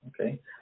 Okay